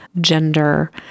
gender